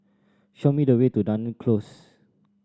show me the way to Dunearn Close